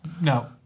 No